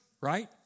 right